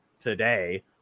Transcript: today